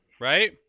right